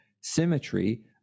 symmetry